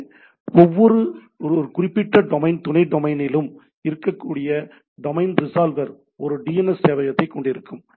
எனவே ஒவ்வொரு குறிப்பிட்ட டொமைன் துணை டொமைனிலும் இருக்கக்கூடிய டொமைன் ரிஸால்வர் ஒரு டிஎன்எஸ் சேவையகத்தைக் கொண்டிருக்கும்